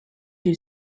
you